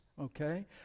okay